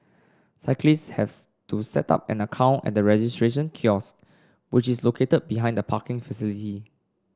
cyclists has to set up an account at the registration kiosks which is located behind the parking facility